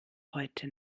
heute